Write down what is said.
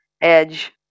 edge